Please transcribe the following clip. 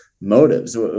motives